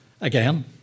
again